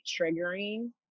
triggering